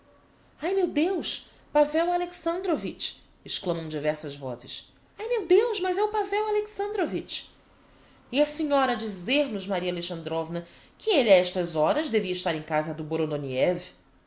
ai meu deus pavel alexandrovitch exclamam diversas vozes ai meu deus mas é o pavel alexandrovitch e a senhora a dizer-nos maria alexandrovna que elle a estas horas devia estar em casa do